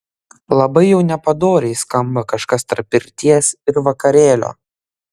labai jau nepadoriai skamba kažkas tarp pirties ir vakarėlio